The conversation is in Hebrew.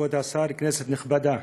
כבוד השר, כנסת נכבדה,